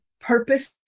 purpose